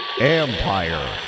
Empire